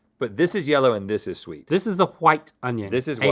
but this is yellow and this is sweet. this is a white onion. this is white.